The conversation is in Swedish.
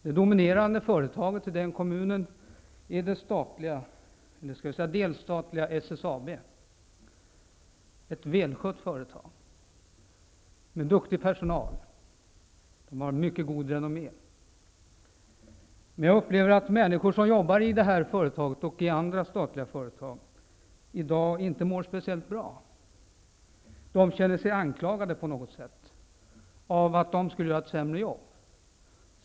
Det dominerande företaget i den kommunen är det delstatliga SSAB, ett välskött företag med duktig personal. Det har mycket gott renommé. Men jag upplever att människor som jobbar i det företaget och i andra statliga företag i dag inte mår speciellt bra. De känner sig på något sätt anklagade för att göra ett sämre jobb.